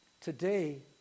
Today